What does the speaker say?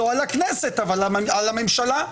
לא על הכנסת אבל על הממשלה.